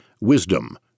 wisdom